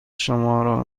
شما